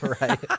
Right